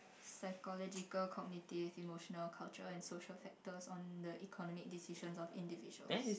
psychological cognitive emotional cultural and social factors on the economic decisions of individuals